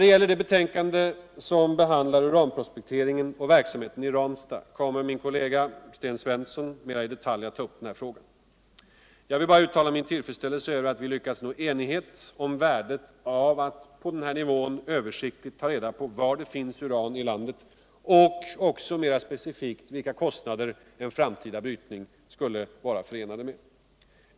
Min kollega Sten Svensson kommer att mer i detalj ta upp det betänkande som berör uranprospektering och verksamheten i Ranstad. Jag vill bara uttala min tillfredsställelse över au vi lyckats nå enighet om värdet av att på den här nivån översiktligt ta reda på var det finns uran i landet och även — specifikt — vilka kostnader en framtida brytning skulle vara förenad med.